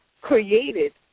created